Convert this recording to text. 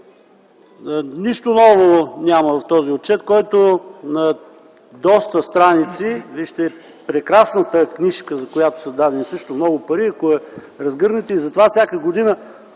Нищо ново няма в този отчет, който е на доста страници. Вижте прекрасната книжка, за която са дадени също много пари. За това всяка година